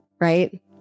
Right